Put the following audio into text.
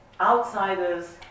Outsiders